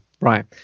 Right